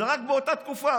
זה רק באותה תקופה,